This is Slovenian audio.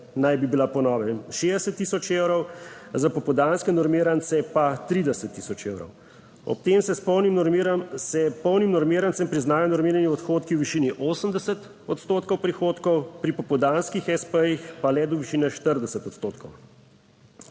naj bi bila po novem 60 tisoč evrov, za popoldanske normirance pa 30 tisoč evrov. Ob tem se s polnim normirancem priznajo normirani odhodki v višini 80 odstotkov prihodkov, pri popoldanskih espejih pa le do višine 40 odstotkov.